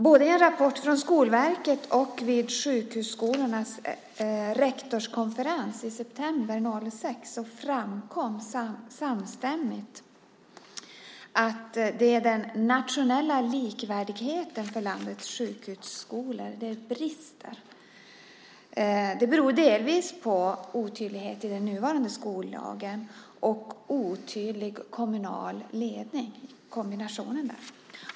Både i en rapport från Skolverket och vid sjukhusskolornas rektorskonferens i september 2006 framkom det samstämmigt att det är i den nationella likvärdigheten för landets sjukhusskolor som det brister. Det beror delvis på en kombination av otydlighet i den nuvarande skollagen och otydlig kommunal ledning.